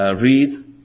Read